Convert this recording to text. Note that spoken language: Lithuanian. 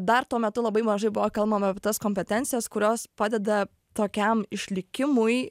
dar tuo metu labai mažai buvo kalbama apie tas kompetencijas kurios padeda tokiam išlikimui